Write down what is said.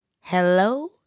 Hello